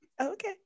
okay